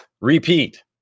Repeat